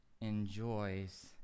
enjoys